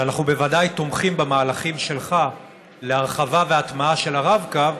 היא שאנחנו בוודאי תומכים במהלכים שלך להרחבה והטמעה של הרב-קו,